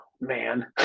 Man